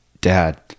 dad